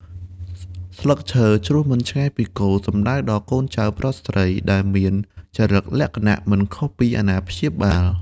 ស្លឹកឈើជ្រុះមិនឆ្ងាយពីគល់ សំដៅដល់់កូនចៅប្រុសស្រីដែលមានចរិកលក្ខណៈ មិនខុសពីអាណាព្យាល។